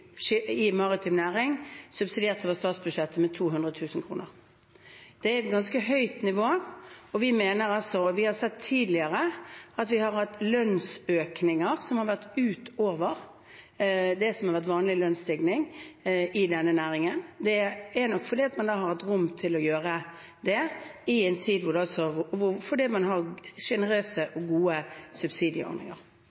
er et ganske høyt nivå. Vi har sett tidligere at vi har hatt lønnsøkninger utover det som har vært vanlig lønnsstigning i denne næringen, og det er nok fordi man har hatt rom til å gjøre det fordi man har sjenerøse og gode subsidieordninger. Så er det alltid et spørsmål om hvor mye. Vi har